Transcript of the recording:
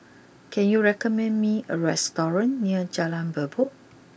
can you recommend me a restaurant near Jalan Merbok